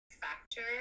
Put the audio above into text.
factor